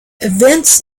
events